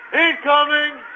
incoming